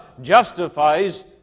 justifies